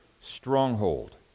stronghold